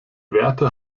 werte